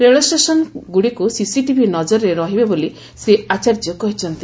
ରେଳଷେସନ୍ଗୁଡ଼ିକ CCTV ନଜରରେ ରହିବେ ବୋଲି ଶ୍ରୀ ଆଚାର୍ଯ୍ୟ କହିଛନ୍ତି